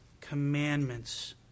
commandments